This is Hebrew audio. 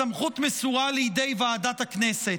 הסמכות מסורה לידי ועדת הכנסת,